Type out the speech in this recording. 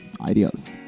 Ideas